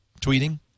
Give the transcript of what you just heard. tweeting